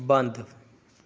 ਬੰਦ